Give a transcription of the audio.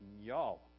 Y'all